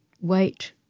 wait